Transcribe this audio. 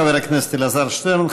תודה, חבר הכנסת אלעזר שטרן.